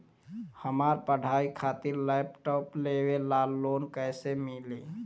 हमार पढ़ाई खातिर लैपटाप लेवे ला लोन कैसे मिली?